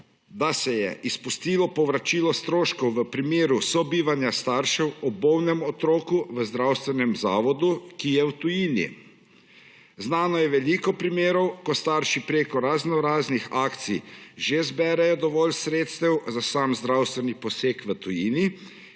da se je izpustilo povračilo stroškov v primeru sobivanja staršev ob bolnem otroku v zdravstvenem zavodu, ki je v tujini. Znanih je veliko primerov, ko starši preko raznoraznih akcij že zberejo dovolj sredstev za sam zdravstveni poseg v tujini,